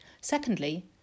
Secondly